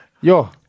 yo